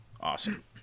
Awesome